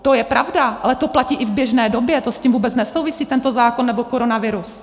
To je pravda, ale to platí i v běžné době, to s tím vůbec nesouvisí, tento zákon nebo koronavirus.